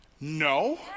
no